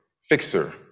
fixer